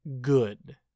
good